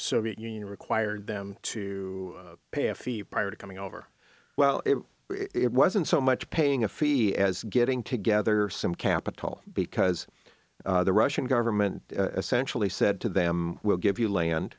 soviet union required them to pay a fee prior to coming over well it wasn't so much paying a fee as getting together some capital because the russian government essentially said to them we'll give you la